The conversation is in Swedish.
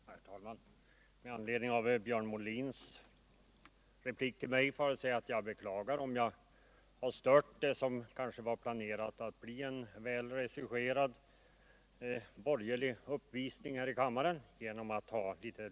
Herr talman! Med anledning av Björn Molins replik till mig vill jag säga att jag beklagar, om jag genom att ha en annan mening har stört vad som kanske var planerat att bli en välregisserad borgerlig uppvisning häri kammaren.